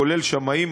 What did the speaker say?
כולל שמאים,